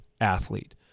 athlete